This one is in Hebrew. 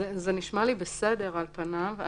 זה נשמע לי בסדר על פניו.